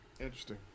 Interesting